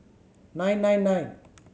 nine nine nine